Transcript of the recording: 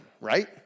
right